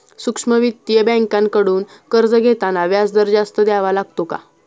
सूक्ष्म वित्तीय बँकांकडून कर्ज घेताना व्याजदर जास्त द्यावा लागतो का?